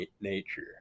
nature